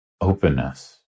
openness